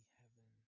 heaven